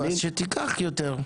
נו, אז שתיקח יותר.